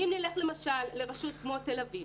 אם נלך למשל לרשות כמו תל אביב,